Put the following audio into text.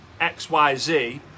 XYZ